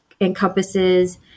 encompasses